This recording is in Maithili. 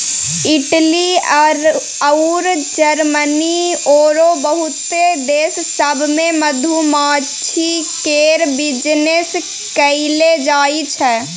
इटली अउर जरमनी आरो बहुते देश सब मे मधुमाछी केर बिजनेस कएल जाइ छै